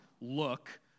look